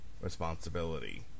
responsibility